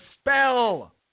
spell